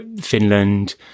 Finland